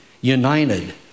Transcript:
United